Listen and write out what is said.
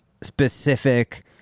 specific